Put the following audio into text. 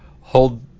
hold